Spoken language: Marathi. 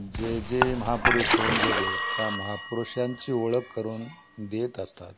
जे जे महापुरुष होऊन गेले त्या महापुरुषांची ओळख करून देत असतात